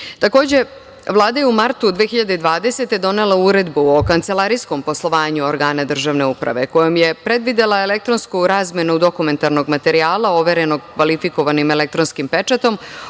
Vlada je u martu 2020. godine donela Uredbu o kancelarijskom poslovanju organa državne uprave kojom je predvidela elektronsku razmenu dokumentarnog materijala, overenog kvalifikovanim elektronskim pečatom,